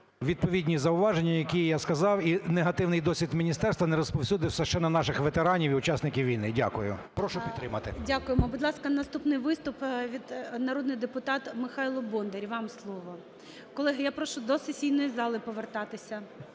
відповідні зауваження, які я сказав, і негативний досвід Міністерства не розповсюдився ще на наших ветеранів і учасників війни. Дякую. Прошу підтримати. ГОЛОВУЮЧИЙ. Дякуємо. Будь ласка, наступний виступ від... Народний депутат, Михайло Бондар, вам слово. Колеги, я прошу до сесійної зали повертатися.